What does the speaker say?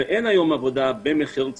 ואין היום עבודה במכירות,